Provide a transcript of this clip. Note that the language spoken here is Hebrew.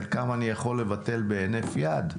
חלקם אני יכול לבטל בהינף יד,